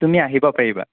তুমি আহিব পাৰিবা